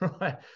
right